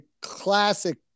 classic